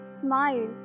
smile